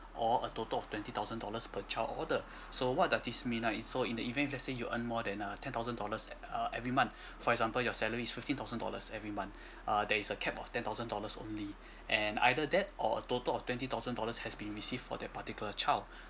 or a total of twenty thousand dollars per child order so what does this mean right is so in the event let's say you earn more than uh ten thousand dollars uh every month for example your salary is fifteen thousand dollars every month uh there is a cap of ten thousand dollars only and either that or a total of twenty thousand dollars has been received for that particular child